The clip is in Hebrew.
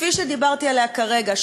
כפי שדיברתי עליה כרגע,